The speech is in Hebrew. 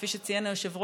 כפי שציין היושב-ראש,